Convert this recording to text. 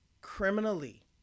criminally